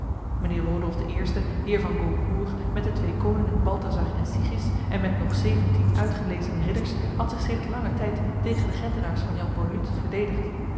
mijnheer rodolf i heer van gaucourt met de twee koningen balthazar en sigis en met nog zeventien uitgelezen ridders had zich sedert lange tijd tegen de gentenaars van jan borluut verdedigd